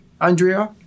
Andrea